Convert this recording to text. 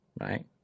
Right